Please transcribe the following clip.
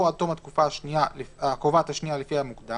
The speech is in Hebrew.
או עד תום התקופה הקובעת השנייה, לפי המוקדם